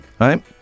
right